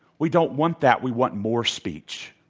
we don't want that. we want more speech.